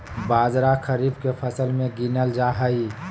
बाजरा खरीफ के फसल मे गीनल जा हइ